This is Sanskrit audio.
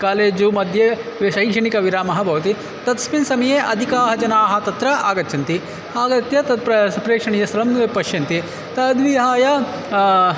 कालेजु मध्ये वि शैक्षणिकविरामः भवति तस्मिन् समये अधिकाः जनाः तत्र आगच्छन्ति आगत्य तत् प्रा प्रेक्षणीयस्थलं पश्यन्ति तद्विहाय